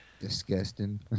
Disgusting